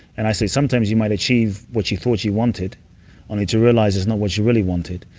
and i'd say sometimes you might achieve what you thought you wanted only to realize it's not what you really wanted.